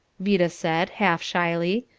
vida said, half shyly,